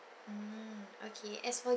mm okay as for